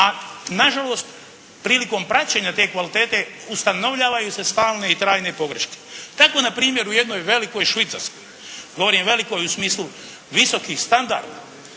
a nažalost prilikom praćenja te kvalitete ustanovljavaju se stalne i trajne pogreške. Tako na primjer u jednoj velikoj Švicarskoj, govorim velikoj u smislu visokih standarda.